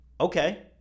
okay